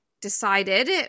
decided